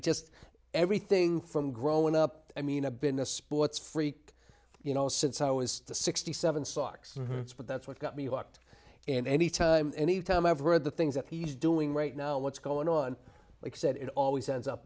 just everything from growing up i mean a been a sports freak you know since i was sixty seven sox but that's what got me hooked and any time any time i've read the things that he's doing right now what's going on like said it always ends up